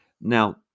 now